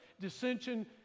dissension